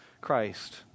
Christ